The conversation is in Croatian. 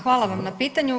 Hvala vam na pitanju.